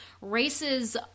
races